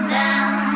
down